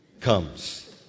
comes